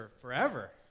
forever